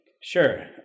Sure